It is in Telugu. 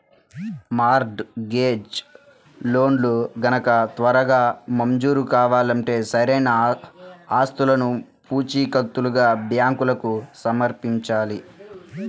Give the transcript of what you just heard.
మార్ట్ గేజ్ లోన్లు గనక త్వరగా మంజూరు కావాలంటే సరైన ఆస్తులను పూచీకత్తుగా బ్యాంకులకు సమర్పించాలి